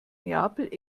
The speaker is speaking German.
neapel